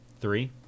Three